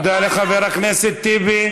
תודה לחבר הכנסת טיבי.